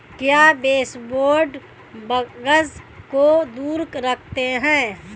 क्या baseboard bugs को दूर रखते हैं?